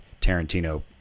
Tarantino